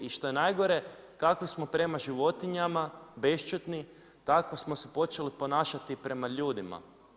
I što je najgore, kakvi smo prema životinjama, beščedni, tako smo se počeli ponašati i prema ljudima.